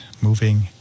Moving